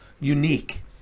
unique